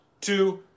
two